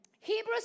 Hebrews